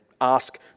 ask